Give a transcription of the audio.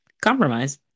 Compromise